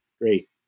great